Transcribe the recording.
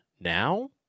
now